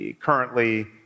currently